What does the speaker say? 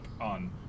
on